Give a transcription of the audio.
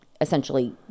essentially